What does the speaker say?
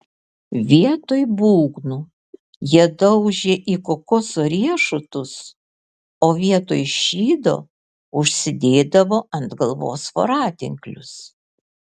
vietoj būgnų jie daužė į kokoso riešutus o vietoj šydo užsidėdavo ant galvos voratinklius